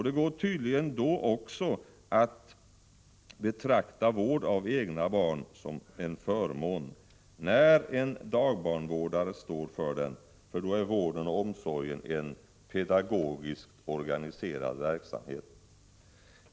Det går tydligen också att beteckna vård av egna barn som ”en unik förmån” när en dagbarnvårdare står för den, för då är vården och omsorgen en ”pedagogiskt organiserad verksamhet”.